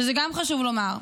שזה גם חשוב לומר.